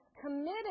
committed